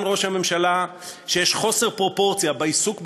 ראש הממשלה שיש חוסר פרופורציה בעיסוק בהתנחלויות,